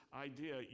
idea